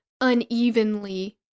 unevenly